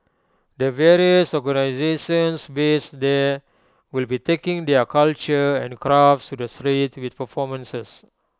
the various organisations based there will be taking their culture and crafts to the streets with performances